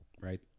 right